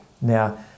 now